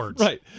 right